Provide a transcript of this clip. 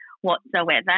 whatsoever